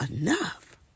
enough